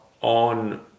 on